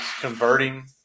converting